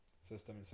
system